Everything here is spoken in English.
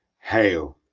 hail!